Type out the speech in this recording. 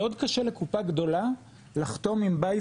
מאוד קשה לקופה גדולה לחתום עם בית